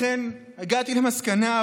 לכן הגעתי למסקנה,